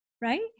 right